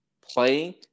playing